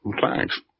thanks